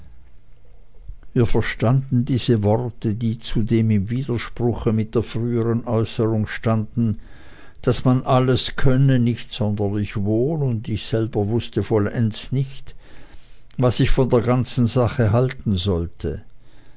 wir verstanden diese worte die zudem im widerspruche mit der früheren äußerung standen daß man alles könne nicht sonderlich wohl und ich selber wußte vollends nicht was ich von der ganzen sache halten sollte